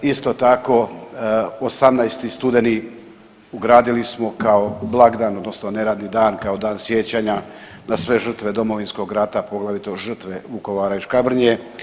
Isto tako 18. studeni ugradili smo kao blagdan odnosno neradni dan kao Dan sjećanja na sve žrtve Domovinskog rata, a poglavito žrtve Vukovara i Škabrnje.